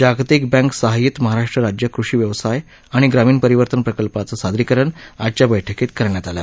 जागतिक बँक सहाय्यित महाराष्ट्र राज्य कृषी व्यवसाय आणि ग्रामीण परिवर्तन प्रकल्पाचं सादरीकरण आजच्या बैठकीत करण्यात आलं